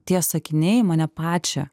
tie sakiniai mane pačią